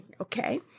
Okay